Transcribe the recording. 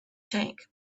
tank